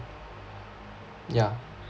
yeah